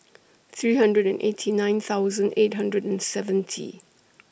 three hundred and eighty nine eight hundred and seventy